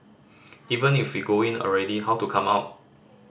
even if go in already how to come out